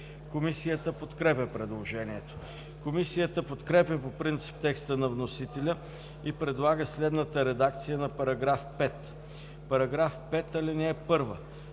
Комисията подкрепя предложението. Комисията подкрепя по принцип текста на вносителя и предлага следната редакция на § 5: „§ 5. (1) Сключените до